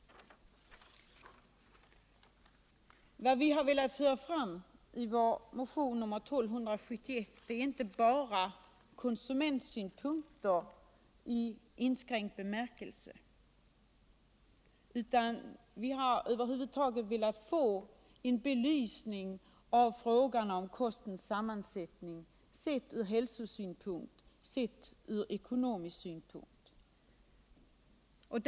Vad vi har velat föra fram i vår motion 1271 är inte bara konsumentsynpunkter i inskränkt bemärkelse, utan vi har över huvud taget velat få en belysning av frågan om kostens sammansättning, sett från hälsosynpunkt, sett från ekonomisk synpunkt.